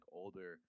older